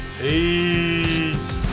Peace